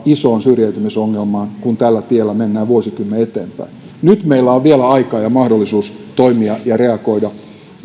isoon syrjäytymisongelmaan kun tällä tiellä mennään vuosikymmen eteenpäin nyt meillä on vielä aikaa ja mahdollisuus toimia ja reagoida